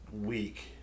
week